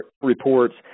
reports